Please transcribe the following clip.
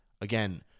again